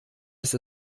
ist